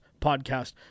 Podcast